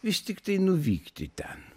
vis tiktai nuvykti ten